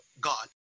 God